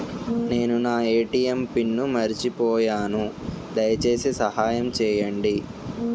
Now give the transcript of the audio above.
నేను నా ATM pin మర్చిపోయాను, దయచేసి సహాయం చేయండి